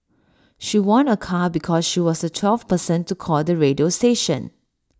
she won A car because she was the twelfth person to call the radio station